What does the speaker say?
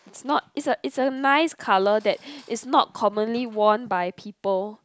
it's not it's a it's a nice colour that is not commonly worn by people